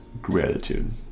gratitude